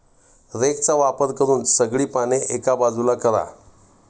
रेकचा वापर करून सगळी पाने एका बाजूला करा